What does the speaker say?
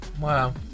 Wow